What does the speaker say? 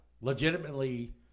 legitimately –